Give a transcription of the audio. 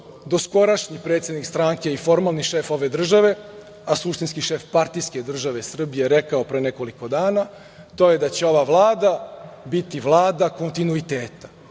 doskorašnji predsednik stranke i formalni šef ove države, a suštinski šef partijske države Srbije, rekao pre nekoliko dana, to je da će ova Vlada biti Vlada kontinuiteta.